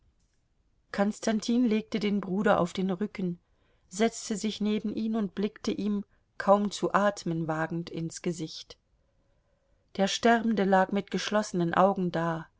konstantin legte den bruder auf den rücken setzte sich neben ihn und blickte ihm kaum zu atmen wagend ins gesicht der sterbende lag mit geschlossenen augen da